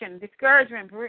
discouragement